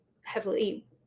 heavily